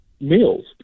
meals